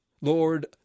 Lord